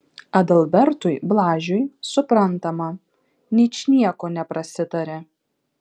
adalbertui blažiui suprantama ničnieko neprasitarė